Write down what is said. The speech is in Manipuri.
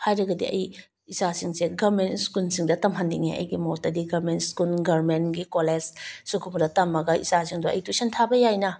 ꯍꯥꯏꯔꯒꯗꯤ ꯑꯩ ꯏꯆꯥꯁꯤꯡꯁꯦ ꯒꯔꯃꯦꯟ ꯁ꯭ꯀꯨꯜꯁꯤꯡꯗ ꯇꯝꯍꯟꯅꯤꯡꯉꯦ ꯑꯩꯒꯤ ꯃꯣꯠꯇꯗꯤ ꯒꯔꯃꯦꯟ ꯁ꯭ꯀꯨꯜ ꯒꯔꯃꯦꯟꯒꯤ ꯀꯣꯂꯦꯖ ꯁꯨꯒꯨꯝꯕꯗ ꯇꯝꯃꯒ ꯏꯆꯥꯁꯤꯡꯗꯣ ꯑꯩ ꯇ꯭ꯌꯨꯁꯟ ꯊꯥꯕ ꯌꯥꯏꯅ